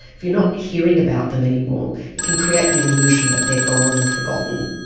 if you're not hearing about them anymore it can create the illusion that they are gone and forgotten.